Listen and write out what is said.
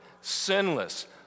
sinless